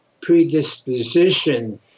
predisposition